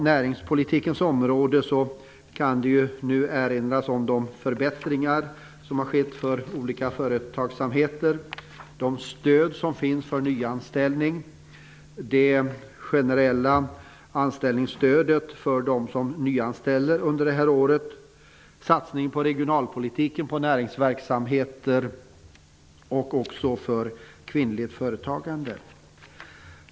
Näringspolitikens område kan det erinras om de förbättringar som har skett för olika former av företagsamhet, de stödformer som finns för nyanställning, det generella anställningsstödet för dem som nyanställer under det här året, satsning på regionalpolitiken, på näringsverksamheter och på kvinnligt företagande.